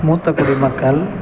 மூத்த குடிமக்கள்